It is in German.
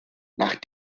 nach